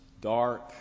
dark